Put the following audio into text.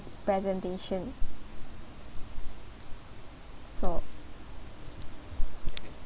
presentation so